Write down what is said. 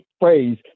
phrase